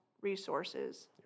resources